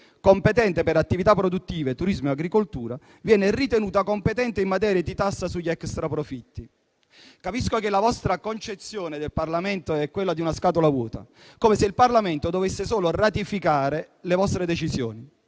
competente per attività produttive, turismo e agricoltura, viene ritenuta competente in materia di tassa sugli extraprofitti. Capisco che la vostra concezione del Parlamento è quella di una scatola vuota, come se il Parlamento dovesse solo ratificare le vostre decisioni,